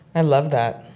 i love that.